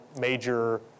major